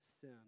sin